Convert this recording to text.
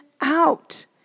out